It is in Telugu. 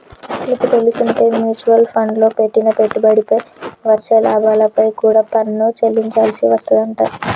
నీకు తెల్సుంటే మ్యూచవల్ ఫండ్లల్లో పెట్టిన పెట్టుబడిపై వచ్చే లాభాలపై కూడా పన్ను చెల్లించాల్సి వత్తదంట